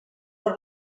per